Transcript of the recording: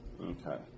Okay